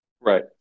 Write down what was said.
right